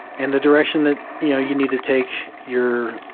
and the direction that you know, you need to take your,